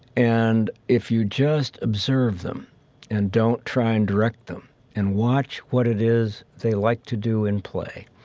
and if you just observe them and don't try and direct them and watch what it is they like to do in play,